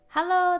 Hello，